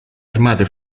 armate